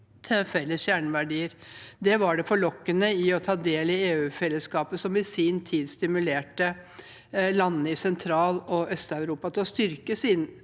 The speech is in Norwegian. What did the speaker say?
felles kjerneverdier. Det var forlokkende å ta del i det EU-fellesskapet som i sin tid stimulerte landene i Sentral- og Øst-Europa til å styrke sin